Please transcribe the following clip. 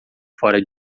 fora